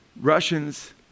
Russians